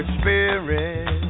spirit